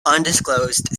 undisclosed